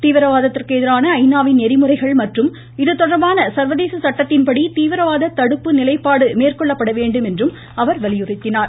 தீவிரவாதத்திற்கு எதிரான ஐநாவின் நெறிமுறைகள் மற்றும் இதுதொடர்பன சர்வதேச சட்டத்தின்படி தீவிரவாத தடுப்பு நிலைப்பாடு மேற்கொள்ளப்பட வேண்டும் என்றும் அவர் வலியுறுத்தினார்